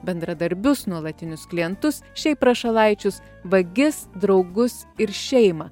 bendradarbius nuolatinius klientus šiaip prašalaičius vagis draugus ir šeimą